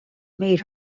made